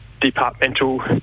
departmental